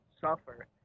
suffer